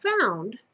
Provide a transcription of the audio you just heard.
found